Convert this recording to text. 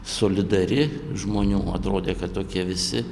solidari žmonių atrodė kad tokie visi